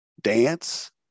dance